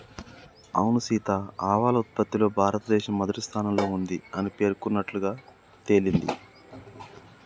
అవును సీత ఆవాల ఉత్పత్తిలో భారతదేశం మొదటి స్థానంలో ఉంది అని పేర్కొన్నట్లుగా తెలింది